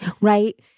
right